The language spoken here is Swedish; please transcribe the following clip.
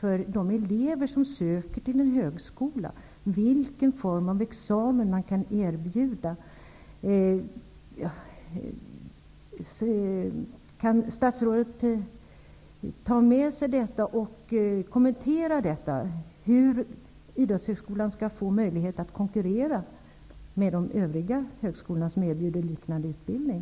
för de elever som söker till en högskola vilken examen man kan erbjuda. Kan statsrådet kommentera hur Idrottshögskolan skall få möjlighet att konkurrera med övriga högskolor som erbjuder liknande utbildning?